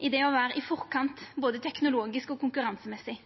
i det å vera i forkant både teknologisk og konkurransemessig.